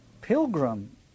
pilgrim